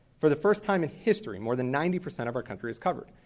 for the first time in history more than ninety percent of our country is covered,